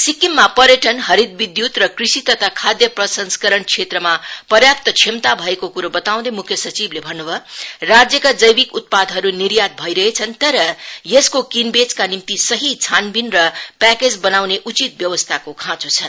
सिक्किममा पर्याटन हरत विधुत्र कृषि तथा स्वादय प्रसंस्करण श्रेत्रमा पर्याप्त श्रमता भएको कुरो बताउँदै मुख्य सचिवले भन्नु भयो राज्यका जैविक उत्पादहरु निर्यात भइरहेछन् तर यसको किनबेचका निम्ति सही छानबिच र प्याकेज बनाउने उचित व्यवस्थाको खाँचो छ